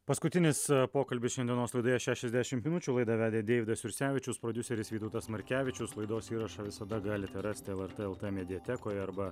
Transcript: paskutinis pokalbis šiandienos laidoje šešiasdešimt minučių laidą vedė deividas jursevičius prodiuseris vytautas markevičius laidos įrašą visada galite rasti lrt lt mediatekoje arba